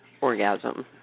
orgasm